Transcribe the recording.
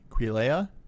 Quilea